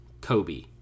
Kobe